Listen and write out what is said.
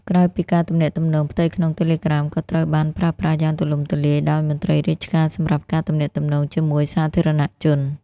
ក្រៅពីការទំនាក់ទំនងផ្ទៃក្នុង Telegram ក៏ត្រូវបានប្រើប្រាស់យ៉ាងទូលំទូលាយដោយមន្ត្រីរាជការ សម្រាប់ការទំនាក់ទំនងជាមួយសាធារណជន។